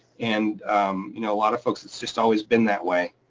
and you know a lot of folks, it's just always been that way.